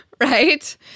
Right